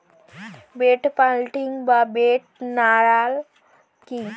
Bed planting বা bed নালা কি?